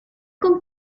con